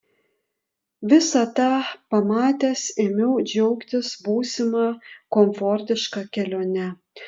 visą tą pamatęs ėmiau džiaugtis būsima komfortiška kelione